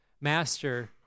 Master